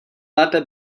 lépe